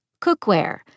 Cookware